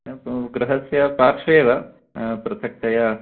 गृहस्य पार्श्वे एव पृथक्तया